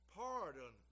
pardon